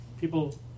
People